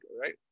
right